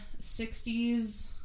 60s